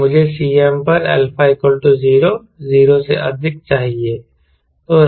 तो मुझे Cm पर α 0 0 से अधिक चाहिए